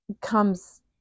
comes